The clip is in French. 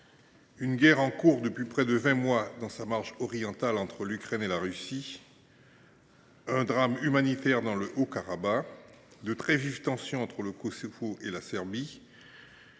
: guerre depuis près de vingt mois dans sa marge orientale entre l’Ukraine et la Russie, drame humanitaire dans le Haut-Karabagh, très vives tensions entre le Kosovo et la Serbie,